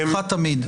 לך תמיד.